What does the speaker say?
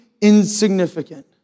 insignificant